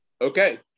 Okay